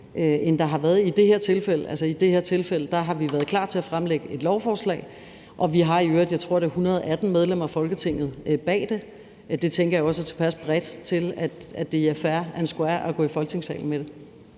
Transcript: I det her tilfælde har vi været klar til at fremsætte et lovforslag, og vi har i øvrigt 118 medlemmer af Folketinget bag det, tror jeg det er. Det tænker jeg også er tilpas bredt til, at det er fair and square at gå i Folketingssalen med det.